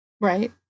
Right